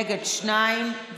נגד, שניים.